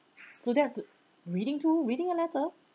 so that's r~ reading too reading a letter